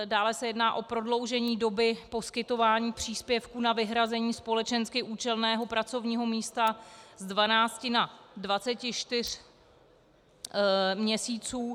Dále se jedná o prodloužení doby poskytování příspěvků na vyhrazení společensky účelného pracovního místa z 12 na 24 měsíců.